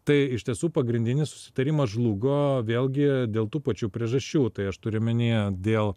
tai iš tiesų pagrindinis susitarimas žlugo vėlgi dėl tų pačių priežasčių tai aš turiu omenyje dėl